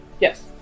Yes